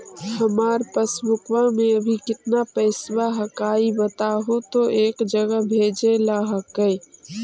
हमार पासबुकवा में अभी कितना पैसावा हक्काई बताहु तो एक जगह भेजेला हक्कई?